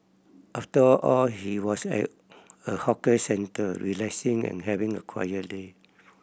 after all he was at a hawker centre relaxing and having a quiet day